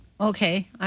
Okay